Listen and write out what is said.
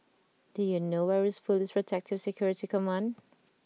do you know where is Police Protective Security Command